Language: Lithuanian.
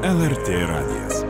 lrt radijas